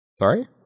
Sorry